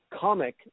comic